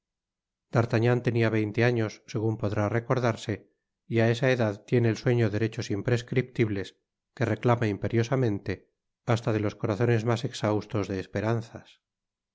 d'artagnan tenia veinte años segun podrá recordarse y á esa edad tiene el sueño derechos imprescriptibles que reclama imperiosamente basta de los corazones mas exhaustos de esperanzas